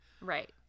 Right